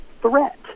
threat